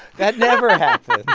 that never happens.